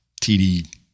TD